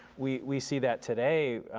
we we see that today.